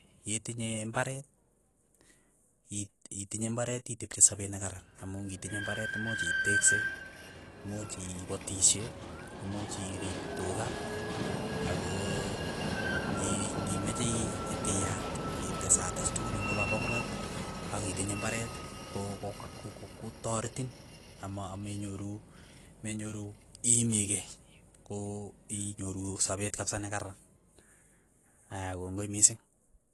Yetinye imbaret, ii itinye imbaret itepche sapet nekaran, a. u ng'itinye imbaret imuch itekse, imuuch ipatishe, imuch iirip tuka, ako ng'i ng'imeche i- itiyat ites a tes tukun ing' ola pa kurkat, akitinye imbaret, ko- ko- ko- kotaretin ama amenyoru menyoru iimi kei, ko inyoru sapet kapsa nekaran, aya kongoi mising.